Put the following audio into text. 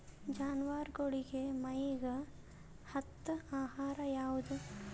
ಜಾನವಾರಗೊಳಿಗಿ ಮೈಗ್ ಹತ್ತ ಆಹಾರ ಯಾವುದು?